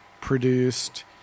produced